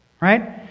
Right